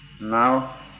Now